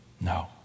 No